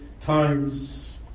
times